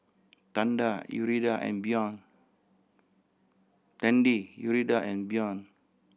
Tanda Yuridia and Bjorn Tandy Yuridia and Bjorn